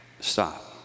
Stop